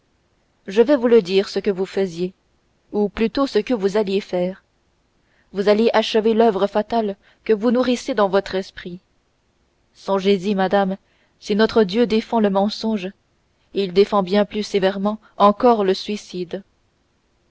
je vais vous le dire ce que vous faisiez ou plutôt ce que vous alliez faire vous alliez achever l'oeuvre fatale que vous nourrissez dans votre esprit songez-y madame si notre dieu défend le mensonge il défend bien plus sévèrement encore le suicide